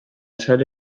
sare